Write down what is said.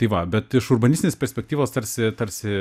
tai va bet iš urbanistinės perspektyvos tarsi tarsi